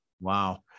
Wow